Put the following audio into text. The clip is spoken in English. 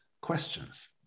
questions